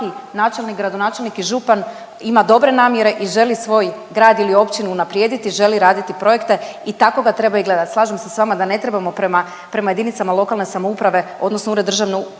načelnik, gradonačelnik i župan ima dobre namjere i želi svoj grad ili općinu unaprijediti, želi raditi projekte i tako ga treba i gledati. Slažem se s vama da ne trebamo prema, prema jedinicama lokalne samouprave odnosno Ured državne